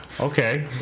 Okay